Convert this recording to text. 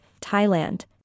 Thailand